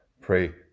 pray